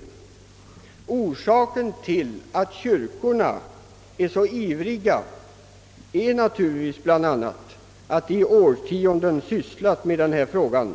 En orsak till att kyrkorna är så ivriga är naturligtvis att de i årtionden har sysslat med denna fråga